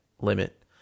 limit